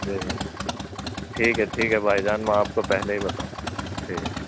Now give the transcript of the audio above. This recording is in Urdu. جی ٹھیک ہے ٹھیک ہے بھائی جان میں آپ کو پہلے ہی بتاؤں ٹھیک ہے